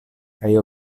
kaj